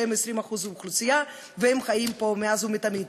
שהם 20% מהאוכלוסייה והם חיו פה מאז ומתמיד.